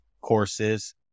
courses